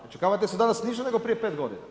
Znači, kamate su danas niže nego prije 5 godine.